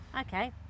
Okay